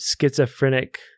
schizophrenic